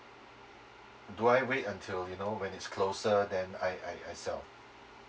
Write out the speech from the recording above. do I wait until you know when it's closer than I I I sell